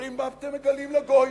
אומרים מה אתם מגלים לגויים?